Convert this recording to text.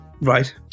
Right